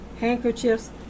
handkerchiefs